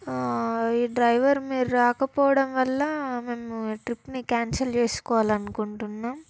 ఈ డ్రైవర్ మీరు రాకపోవడం వల్ల మేము ట్రిప్పుని క్యాన్సల్ చేసుకోవాలి అనుకుంటున్నాం